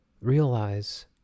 Realize